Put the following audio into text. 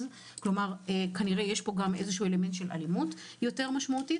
כלומר כנראה יש כאן גם אלמנט של אלימות משמעותית יותר.